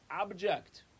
object